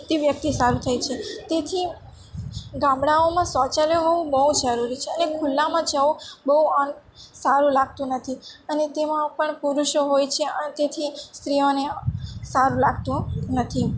તે વ્યક્તિ સારું થાય છે તેથી ગામડાંઓમાં શૌચાલય હોવું બહુ જરૂરી છે અને ખુલ્લામાં જવું બહુ આમ સારું લાગતું નથી અને તેમાં પણ પુરુષો હોય છે તેથી સ્ત્રીઓને સારું લાગતું નથી